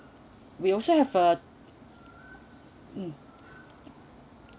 we also have uh mm